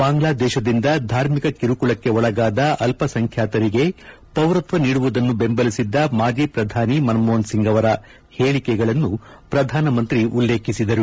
ಬಾಂಗ್ಲಾದೇಶದಿಂದ ಧಾರ್ಮಿಕ ಕಿರುಕುಳಕ್ಕೆ ಒಳಗಾದ ಅಲ್ಪಸಂಖ್ಯಾರಿಗೆ ಪೌರತ್ವ ನೀಡುವುದನ್ನು ಬೆಂಬಲಿಸಿದ್ದ ಮಾಜಿ ಪ್ರಧಾನಿ ಮನಮೋಹನ್ ಸಿಂಗ್ ಅವರ ಹೇಳಿಕೆಗಳನ್ನು ಅವರು ಉಲ್ಲೇಖಿಸಿದರು